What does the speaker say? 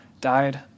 died